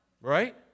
Right